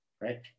right